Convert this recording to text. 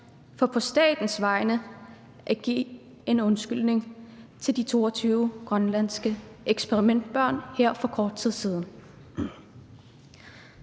for kort tid siden at give en undskyldning til de 22 grønlandske eksperimentbørn. Det har været mange